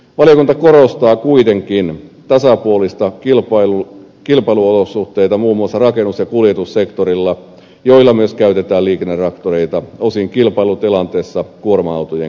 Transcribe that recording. valiokunta korostaa kuitenkin tasapuolisia kilpailuolosuhteita muun muassa rakennus ja kuljetussektoreilla joilla myös käytetään liikennetraktoreita osin kilpailutilanteessa kuorma autojen kanssa